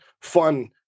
fun